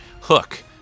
Hook